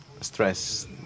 stress